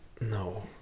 No